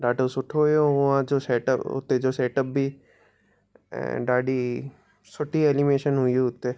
ॾाढो सुठो हुओ उहा जो सैटअप उते जो सैटअप बि ऐं ॾाढी सुठी एनीमैशन हुई हुते